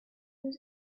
was